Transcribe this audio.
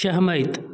सहमति